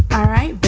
all right